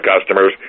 customers